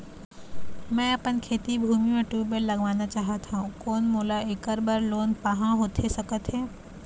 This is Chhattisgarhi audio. मैं अपन खेती भूमि म ट्यूबवेल लगवाना चाहत हाव, कोन मोला ऐकर बर लोन पाहां होथे सकत हे?